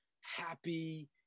happy